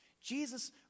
Jesus